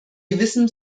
gewissem